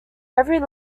every